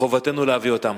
מחובתנו להביא אותם.